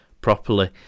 properly